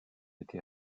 été